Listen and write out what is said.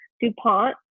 DuPont